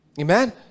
Amen